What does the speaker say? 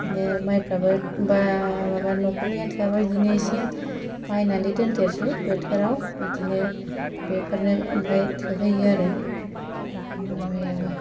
बिदिनो माइफ्राबो बा माबा न'खरनिया थोआबा बिदिनो इसे बायनानै दोनदेरो बोथोराव बिदिनो बेफोरनो ओमफ्राय थोहैयो आरो माबायाबो